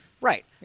Right